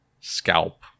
scalp